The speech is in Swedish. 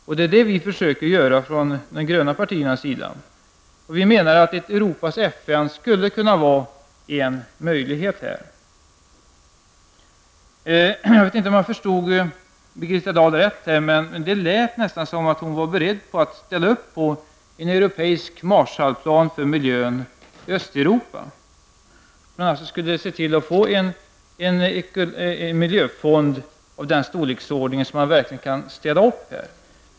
Det är det vi försöker göra från de gröna partiernas sida. Vi menar att ett Europas FN här skulle kunna vara en möjlighet. Jag vet inte om jag förstod Birgitta Dahl rätt, men det lät som om hon var beredd att ställa upp för en europeisk Marshallplan för miljön i Östeuropa. Bl.a. skulle man se till att få till stånd en miljöfond av sådan storlek att man verkligen kan ställa upp.